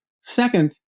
Second